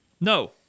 No